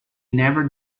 never